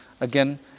again